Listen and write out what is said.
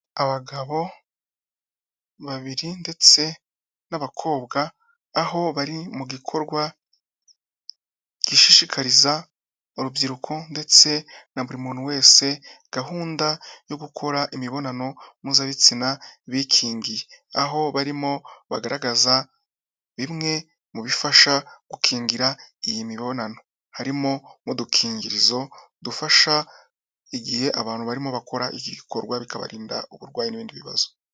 Abagabo babiri ndetse n'abakobwa aho bari mu gikorwa gishishikariza urubyiruko ndetse na buri muntu wese gahunda yo gukora imibonano mpuzabitsina bikingiye. Aho barimo bagaragaza bimwe mu bifasha gukingira iyi mibonano harimo n'udukingirizo dufasha igihe abantu barimo bakora iki gikorwa bikabarinda uburwayi n'ibindi bibazo.